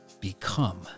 Become